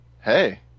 Hey